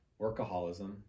workaholism